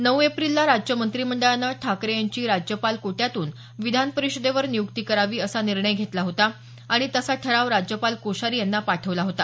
नऊ एप्रिलला राज्य मंत्रिमंडळानं ठाकरे यांची राज्यपाल कोट्यातून विधानपरिषदेवर नियुक्ती करावी असा निर्णय घेतला होता आणि तसा ठराव राज्यपाल कोश्यारी यांना पाठवला होता